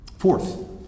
Fourth